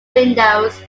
windows